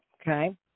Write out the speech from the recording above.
Okay